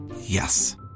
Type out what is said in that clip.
Yes